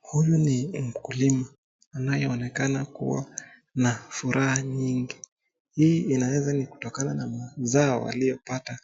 Huyu ni mkulima anayeonekana kuwa na furaha mingi. Hii inaweza kuwa ni kutokana na mazao aliyopata